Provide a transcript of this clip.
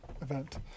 event